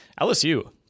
LSU –